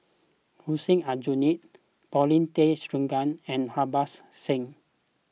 Hussein Aljunied Paulin Tay Straughan and Harbans Singh